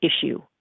issue